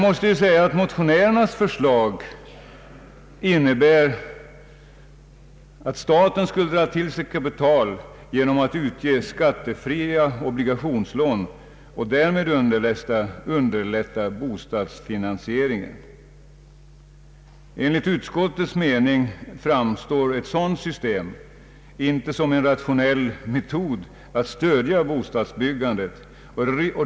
Men motionärernas förslag innebär att staten skulle dra till sig kapital genom att utge skattefria obligationslån och därmed underlätta bostadsfinansieringen. Enligt utskottets mening framstår ett sådant system inte som en rationell metod att stödja bostadsbyggandet.